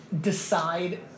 decide